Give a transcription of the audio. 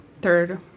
third